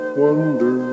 wonder